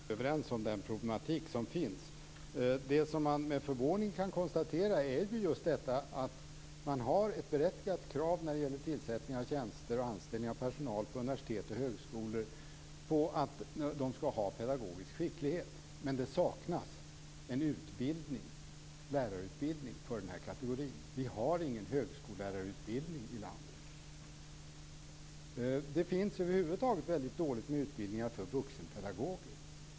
Fru talman! Jag tror att vi är överens om de problem som finns. Det som man med förvåning kan konstatera är ju just detta att man har ett berättigat krav när det gäller tillsättning av tjänster och anställning av personal på universitet och högskolor på att de skall ha pedagogisk skicklighet, men det saknas en lärarutbildning för den här kategorin. Vi har ingen högskolelärarutbildning i landet. Det finns över huvud taget väldigt dåligt med utbildningar för vuxenpedagoger.